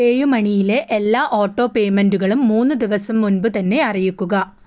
പേ U മണിയിലെ എല്ലാ auto പേയ്മെന്റുകളും മൂന്ന് ദിവസം മുൻപ് തന്നെ അറിയിക്കുക